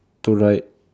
to ride